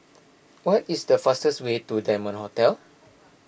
what is the fastest way to Diamond Hotel